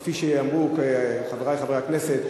כפי שאמרו חברי חברי הכנסת,